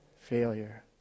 failure